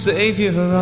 Savior